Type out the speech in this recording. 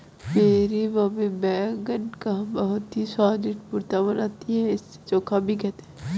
मेरी मम्मी बैगन का बहुत ही स्वादिष्ट भुर्ता बनाती है इसे चोखा भी कहते हैं